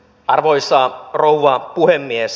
arvoisa rouva puhemies